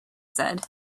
said